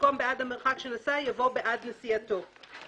ובמקום "בעד המרחק שנסע" יבוא "בעד נסיעתו";